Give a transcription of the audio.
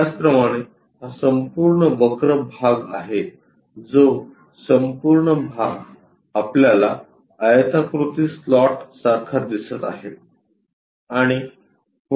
त्याचप्रमाणे हा संपूर्ण वक्र भाग आहे जो संपूर्ण भाग आपल्याला आयताकृती स्लॉट सारखा दिसत आहे